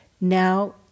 now